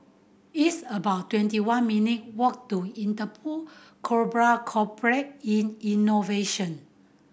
it's about twenty one minute walk to Interpol Global Complex in Innovation